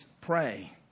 pray